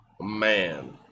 man